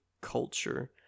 culture